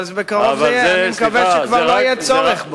אבל זה, בקרוב אני מקווה שכבר לא יהיה צורך בו.